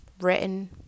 written